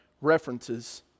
references